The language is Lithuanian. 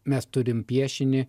mes turim piešinį